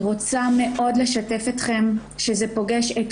אני רוצה מאוד לשתף אתכם שזה פוגש את